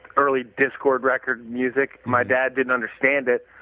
early discord record music, my dad didn't understand it,